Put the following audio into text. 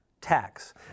tax